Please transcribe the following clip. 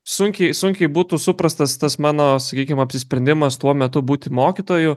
sunkiai sunkiai būtų suprastas tas mano sakykim apsisprendimas tuo metu būti mokytoju